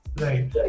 Right